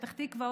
פתח תקווה,